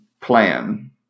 plan